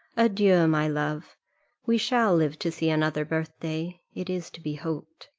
adieu! my love we shall live to see another birthday, it is to be hoped.